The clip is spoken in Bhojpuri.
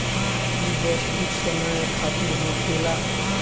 ई बस कुछ समय खातिर होखेला